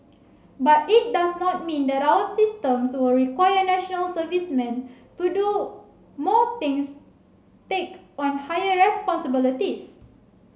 but it does not mean that our systems will require National Servicemen to do more things take on higher responsibilities